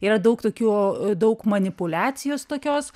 yra daug tokių daug manipuliacijos tokios